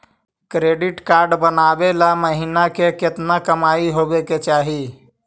Credit card बनबाबे ल महीना के केतना कमाइ होबे के चाही?